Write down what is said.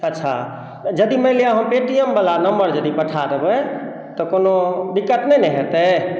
अच्छा यदि मानि लिअ हम पेटीएम वला नम्बर यदि पठा देबै तऽ कोनो दिक्कत नहि ने हेतै